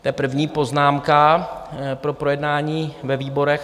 To je první poznámka pro projednání ve výborech.